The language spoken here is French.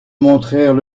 montrèrent